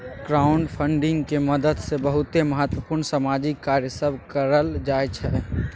crowdfunding के मदद से बहुते महत्वपूर्ण सामाजिक कार्य सब करल जाइ छइ